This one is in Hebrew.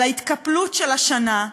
על ההתקפלות של השנה,